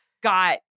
got